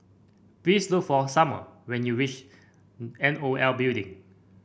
please look for Sumner when you reach N O L Building